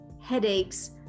headaches